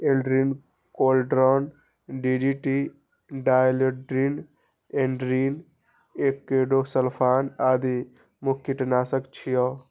Aldrin, chlordane, DDT, dieldrin, endrin, endosulfan आदि प्रमुख कीटनाशक छियै